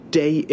day